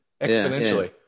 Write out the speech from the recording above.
exponentially